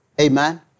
Amen